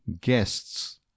Guests